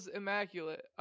immaculate